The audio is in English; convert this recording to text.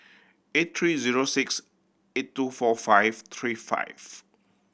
eight three zero six eight two four five three five